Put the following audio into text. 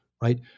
right